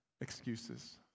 excuses